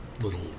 little